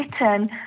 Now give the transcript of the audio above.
written